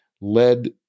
led